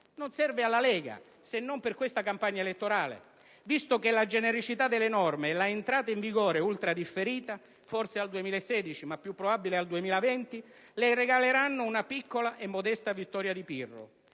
non serve alla Lega, se non per questa campagna elettorale, visto che la genericità delle norme e la entrata in vigore ultradifferita (forse al 2016, ma è più probabile al 2020) le regaleranno una piccola e modesta vittoria di Pirro;